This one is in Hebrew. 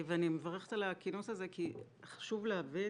אני מברכת על הכינוס הזה, כי חשוב להבין